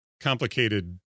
complicated